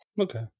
Okay